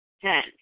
Ten